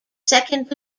second